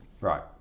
Right